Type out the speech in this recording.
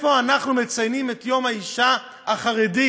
איפה אנחנו מציינים את יום האישה החרדית?